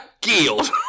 killed